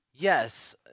Yes